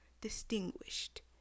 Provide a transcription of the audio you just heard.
Distinguished